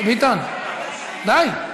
ביטן, די.